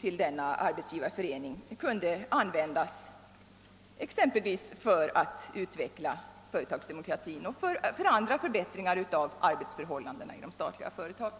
till Arbetsgivareföreningen kunde användas exempelvis för att utveckla företagsdemokratin och för att genomföra andra förbättringar av arbetsförhållandena i de statliga företagen.